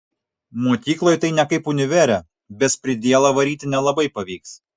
mokykloj tai ne kaip univere bezpridielą varyti nelabai pavyks